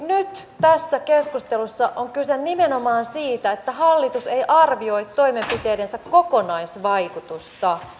nyt tässä keskustelussa on kyse nimenomaan siitä että hallitus ei arvioi toimenpiteidensä kokonaisvaikutusta